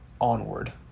onward